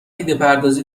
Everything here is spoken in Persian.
ایدهپردازی